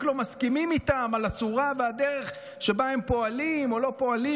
לא מסכימים איתם על הצורה והדרך שבהן הם פועלים או לא פועלים,